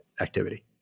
activity